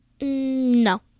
No